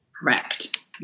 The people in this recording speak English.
Correct